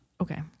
Okay